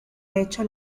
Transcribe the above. hecho